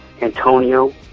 Antonio